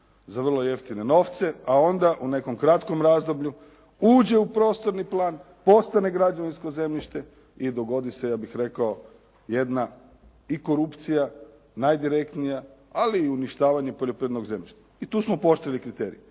za vrlo jeftine novce, a onda u nekom kratkom razdoblju uđe u prostorni plan, postane građevinsko zemljište i dogodi se, ja bih rekao jedna i korupcija, najdirektnija, ali i uništavanje poljoprivrednog zemljišta. I tu smo pooštrili kriterij.